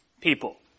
people